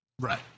right